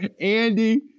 Andy